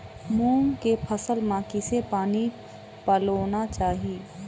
मूंग के फसल म किसे पानी पलोना चाही?